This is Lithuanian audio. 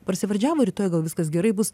prasivardžiavo rytoj gal viskas gerai bus